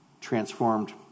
transformed